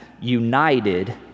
united